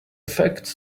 facts